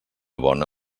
bona